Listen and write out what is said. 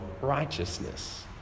righteousness